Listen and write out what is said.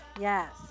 Yes